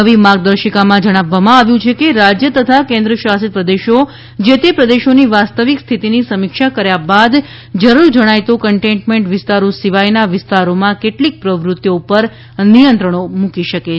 નવી માર્ગદર્શિકામાં જણાવવામાં આવ્યું છે કે રાજ્ય તથા કેન્દ્ર શાસિત પ્રદેશો જે તે પ્રદેશોની વાસ્તવિક સ્થિતિની સમીક્ષા કર્યા બાદ જરૂર જણાય તો કન્ટેઇનમેન્ટ વિસ્તારો સિવાયના વિસ્તારોમાં કેટલીક પ્રવૃત્તીઓ ઉપર નિયંત્રણો મૂકી શકે છે